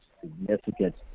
significant